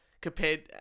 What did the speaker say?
compared